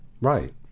Right